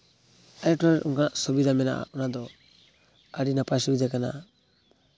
ᱥᱩᱵᱤᱫᱷᱟ ᱢᱮᱱᱟᱜᱼᱟ ᱚᱱᱟᱫᱚ ᱟᱹᱰᱤ ᱱᱟᱯᱟᱭ ᱥᱩᱵᱤᱫᱷᱟ ᱠᱟᱱᱟ